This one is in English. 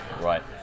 Right